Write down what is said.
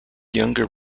younger